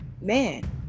man